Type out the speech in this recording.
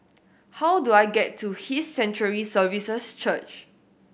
how do I get to His Sanctuary Services Church